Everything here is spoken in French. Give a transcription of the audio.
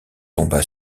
tomba